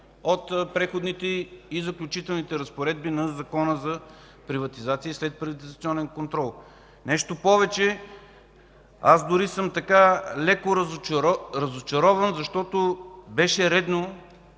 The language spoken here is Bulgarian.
от Преходните и заключителните разпоредби на Закона за приватизация и следприватизационен контрол. Нещо повече, дори съм леко разочарован, защото беше редно